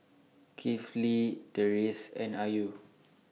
Kifli Deris and Ayu